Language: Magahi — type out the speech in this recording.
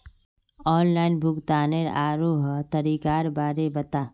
ऑनलाइन भुग्तानेर आरोह तरीकार बारे बता